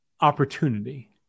opportunity